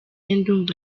ndumva